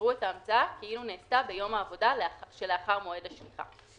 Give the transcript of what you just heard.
יראו את ההמצאה כאילו נעשתה ביום העבודה שלאחר מועד השליחה.